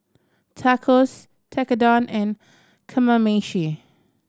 Tacos Tekkadon and Kamameshi